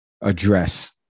address